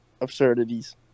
absurdities